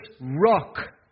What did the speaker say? rock